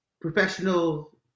professional